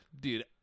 Dude